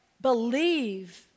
believe